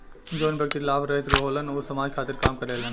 जवन व्यक्ति लाभ रहित होलन ऊ समाज खातिर काम करेलन